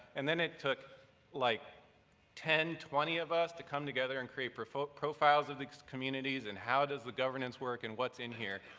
and then it took like ten, twenty of us to come together and create profiles profiles of these communities and, how does the governance work? and, what's in here?